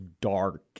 dark